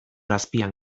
azpian